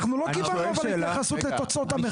אנחנו לא קיבלנו אבל התייחסות לתוצאות המחקר.